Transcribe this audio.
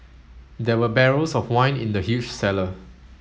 there were barrels of wine in the huge cellar